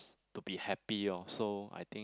to be happy lor so I think